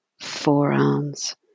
forearms